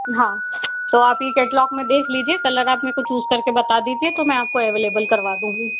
हाँ तो आप ये कैटलॉग में ये देख लीजिए कलर आप मेको चूज़ करके बता दीजिए मैं आपको अवैलेबल करवा दूंगी